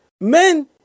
Men